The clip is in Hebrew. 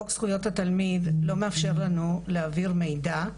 חוק זכויות התלמיד לא מאפשר לנו להעביר מידע,